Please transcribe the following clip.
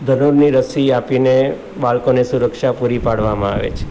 દરરોજની રસી આપીને બાળકોને સુરક્ષા પૂરી પાડવામાં આવે છે